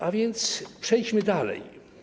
A więc przejdźmy dalej.